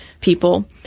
people